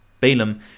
Balaam